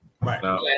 right